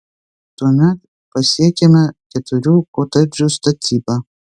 tuomet pasiekiame keturių kotedžų statybą